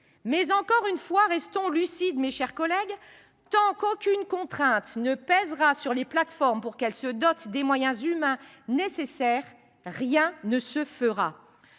Mais, encore une fois, restons lucides, mes chers collègues ! Tant qu’aucune contrainte ne pèsera sur les plateformes pour qu’elles se dotent des moyens humains nécessaires, rien ne se fera.